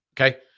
Okay